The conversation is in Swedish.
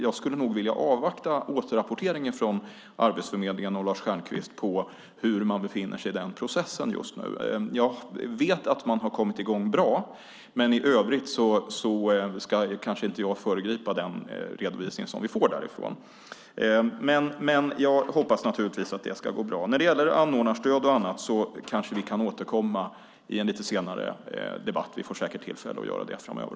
Jag skulle nog vilja avvakta återrapporteringen från Arbetsförmedlingen och Lars Stjernkvist om var man just nu befinner sig i den processen. Jag vet att man har kommit i gång bra. I övrigt ska jag kanske inte föregripa redovisningen därifrån. Naturligtvis hoppas jag att det går bra. Till anordnarstödet och annat kan vi kanske återkomma i en senare debatt; vi får säkert tillfälle till det framöver.